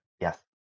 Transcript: yes